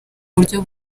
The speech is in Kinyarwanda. buryo